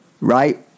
right